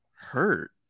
hurt